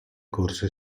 corse